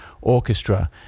orchestra